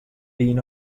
been